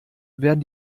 werden